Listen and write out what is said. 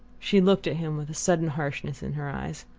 she looked at him with a sudden hardness in her eyes.